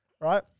right